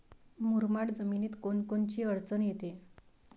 मुरमाड जमीनीत कोनकोनची अडचन येते?